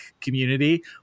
community